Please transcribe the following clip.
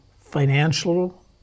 financial